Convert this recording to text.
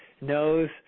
knows